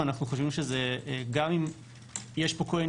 אנחנו חושבים שגם אם יש פה כל מיני